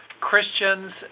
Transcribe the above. Christians